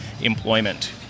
employment